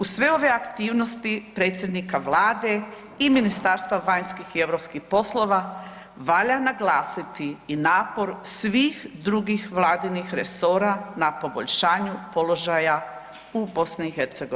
Uz sve ove aktivnosti predsjednika vlade i Ministarstva vanjskih i europskih poslova valja naglasiti i napor svih drugih vladinih resora na poboljšanju položaja u BiH.